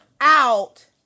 out